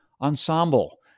Ensemble